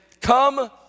Come